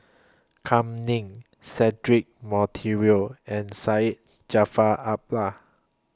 Kam Ning Cedric Monteiro and Syed Jaafar Albar